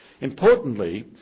Importantly